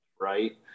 right